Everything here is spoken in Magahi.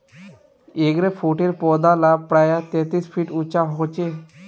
एगफ्रूटेर पौधा ला प्रायः तेतीस फीट उंचा होचे